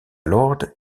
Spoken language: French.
lord